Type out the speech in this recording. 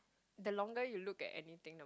the longer you look at anything